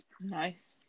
Nice